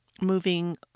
Moving